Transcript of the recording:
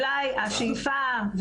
השאיפה,